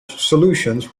solutions